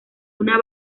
una